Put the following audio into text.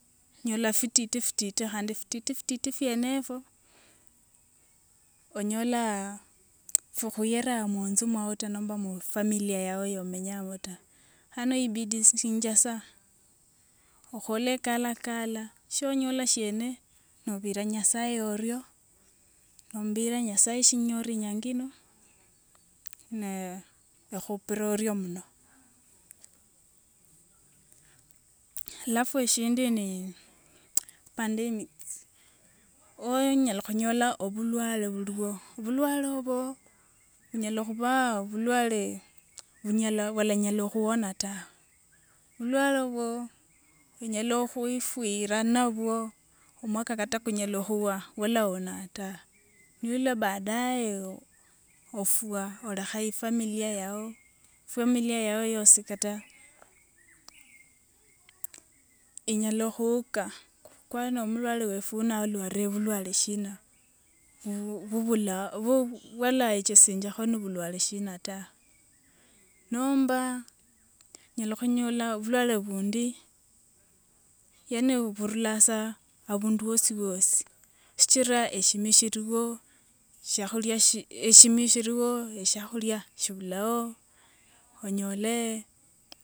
Nyola fititifititi khandi fititifititi fyenefo onyolaa fikhuyeraa munzu mwao ta nomba mufamiliya yao yomenyamo ta, ano ibidistinjasia okhole kalakala shionyola shiene nobira nyasaye orio nombira nyasaye shinyore nyangaino naa ekhupira orio mno. alafu eshindi ni pandemics, oonyalokhunyola obulwale buliwo bulwale obwo bunyala khuba obulwale bunyala bwalanyala khuona ta, bulwale obwo onyila khwifira nabwo omwaka kata kunyala khuwa walaonaa ta, niula baadaye ofwa olekha ifamiliya yao, ifamiliya yao yosi kata inyala khuuka kwani omulwale wefu uno alwalire bulwale shina bu bubula bu bwalechesinjekho ni bulwale shina ta, nomba onyala khunyola bulwale bundi yani burulasa abundu wosiwosi shichira esimyu shiliwo, eshikhulia shi eshimyu shiliwo eshiakhulia shibulao onyolee.